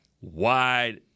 wide